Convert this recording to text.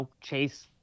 Chase